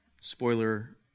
spoiler